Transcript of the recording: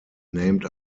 named